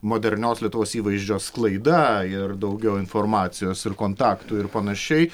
modernios lietuvos įvaizdžio sklaida ir daugiau informacijos ir kontaktų ir panašiai